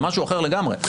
זה משהו אחר לגמרי.